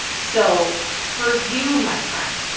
so for you, my friend,